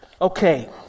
Okay